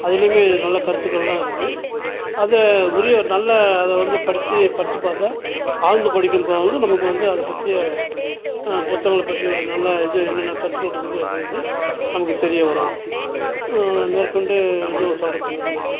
அதிலேயுமே நல்ல கருத்துக்கள்லாம் இருக்குது அதை உரிய நல்ல அதை வந்து படித்து படித்து பார்த்தா ஆழ்ந்து படித்திருப்பவர்களுக்கு நமக்கு வந்து அதை பற்றிய புத்தகங்களை பற்றி ஒரு நல்ல இது என்னென்ன கருத்துக்கள் இருக்கிறது அப்படின்னு நமக்கு தெரிய வரும் மேற்கொண்டு எதுவும் சொல்கிறதுக்கு எதுவும் இல்லை